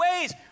ways